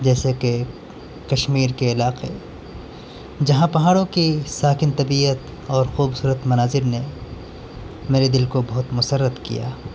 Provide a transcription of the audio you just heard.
جیسے کہ کشمیر کے علاقے جہاں پہاڑوں کی ساکن طبیعت اور خوبصورت مناظر نے میرے دل کو بہت مسرت کیا